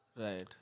Right